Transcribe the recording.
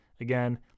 Again